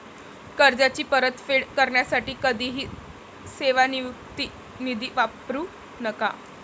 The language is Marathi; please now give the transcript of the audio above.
कर्जाची परतफेड करण्यासाठी कधीही सेवानिवृत्ती निधी वापरू नका